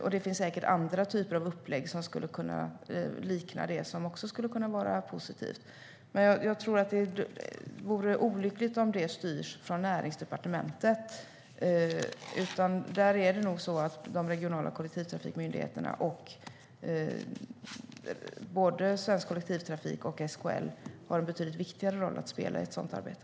Och det finns säkert liknande upplägg som också skulle kunna vara positiva. Men jag tror att det vore olyckligt om detta styrdes från Näringsdepartementet. De regionala kollektivtrafikmyndigheterna, både Svensk kollektivtrafik och SKL, har en betydligt viktigare roll att spela i ett sådant arbete.